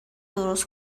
درست